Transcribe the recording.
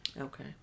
Okay